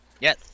Yes